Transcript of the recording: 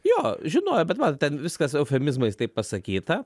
jo žinojo bet matot ten viskas eufemizmais taip pasakyta